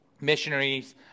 Missionaries